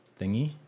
thingy